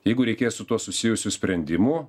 jeigu reikės su tuo susijusių sprendimų